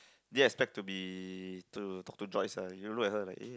yes back to be to talk to Joyce ah you look at her like eh